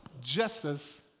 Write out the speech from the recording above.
justice